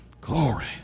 Glory